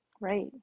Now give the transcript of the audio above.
Right